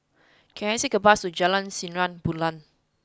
can I take a bus to Jalan Sinar Bulan